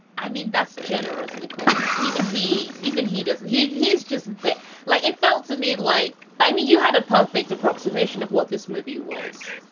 i mean, that's generous, nicole. even he even he doesn't he. he's just like you felt to me like i mean, you had a perfect approximation of what this movie was.